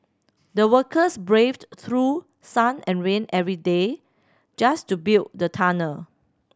the workers braved through sun and rain every day just to build the tunnel